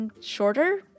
shorter